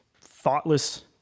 thoughtless